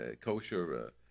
kosher